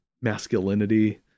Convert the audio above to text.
masculinity